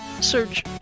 search